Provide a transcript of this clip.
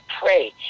pray